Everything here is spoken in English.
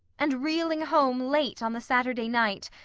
and reeling home late on the saturday night,